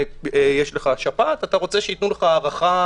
אם יש לך שפעת אתה רוצה שייתנו לך את ההארכה,